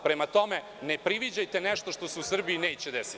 Prema tome, ne priviđajte nešto što se u Srbiji neće desiti.